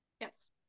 Yes